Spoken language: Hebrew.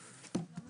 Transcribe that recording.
לכולכם, הישיבה נעולה.